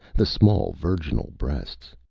the small virginal breasts.